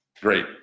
great